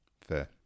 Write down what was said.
Fair